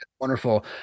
Wonderful